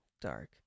dark